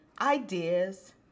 ideas